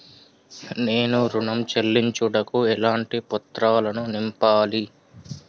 నేను ఋణం చెల్లించుటకు ఎలాంటి పత్రాలను నింపాలి?